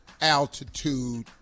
altitude